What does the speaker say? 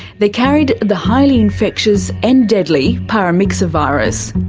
they carried the highly infectious and deadly paramyxovirus.